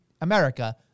America